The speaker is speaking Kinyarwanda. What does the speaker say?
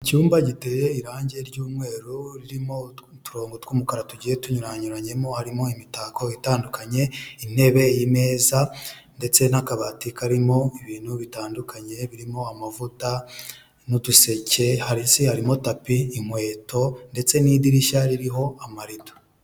Icyumba giteye irangi ry'umweru, ririmo uturongo tw'umukara tugiye tunyuranyuranyemo, harimo imitako itandukanye, intebe, imeza ndetse n'akabati karimo ibintu bitandukanye birimo amavuta n'uduseke, hasi harimo tapi, inkweto ndetse n'idirishya ririho amarido.